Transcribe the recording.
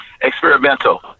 Experimental